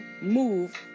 move